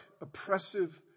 oppressive